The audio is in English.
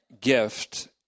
gift